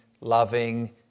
loving